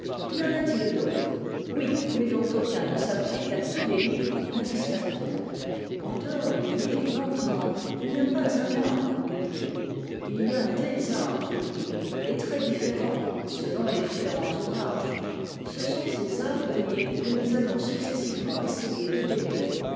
y en a-t-il d'autres oui mais dont aucun ne s'applique à tous les livres indistinctement en dehors de lire lentement il n'y a pas un art de lire il y a des arts de lire et très différents selon les différents ouvrages ce sont ces arts de lire que nous allons successivement essayer de démêler